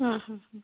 ಹಾಂ ಹಾಂ ಹಾಂ